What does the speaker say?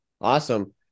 awesome